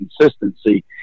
consistency